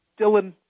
Dylan